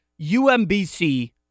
UMBC